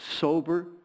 sober